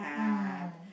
ah